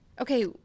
okay